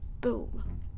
Boom